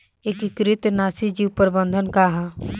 एकीकृत नाशी जीव प्रबंधन का ह?